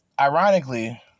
Ironically